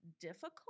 difficult